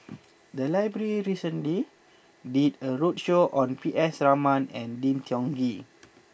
the library recently did a roadshow on P S Raman and Lim Tiong Ghee